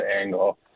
angle